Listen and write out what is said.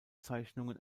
zeichnungen